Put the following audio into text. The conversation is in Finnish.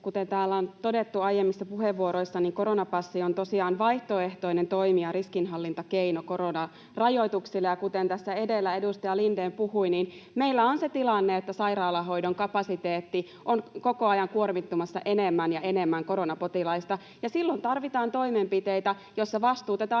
Kuten täällä on todettu aiemmissa puheenvuoroissa, niin koronapassi on tosiaan vaihtoehtoinen toimi ja riskinhallintakeino koronarajoituksille. Ja kuten tässä edellä edustaja Lindén puhui, niin meillä on se tilanne, että sairaalahoidon kapasiteetti on koko ajan kuormittumassa enemmän ja enemmän koronapotilaista, ja silloin tarvitaan toimenpiteitä, joissa vastuutetaan